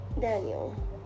Daniel